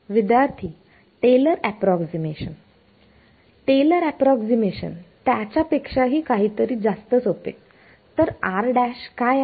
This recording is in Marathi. विद्यार्थी टेलर अप्रॉक्सीमेशन टेलर अप्रॉक्सीमेशन त्याच्यापेक्षाही काहीतरी जास्त सोपे तर r' काय आहे